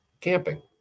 camping